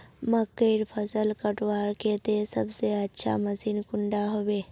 मकईर फसल कटवार केते सबसे अच्छा मशीन कुंडा होबे?